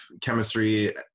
chemistry